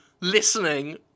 listening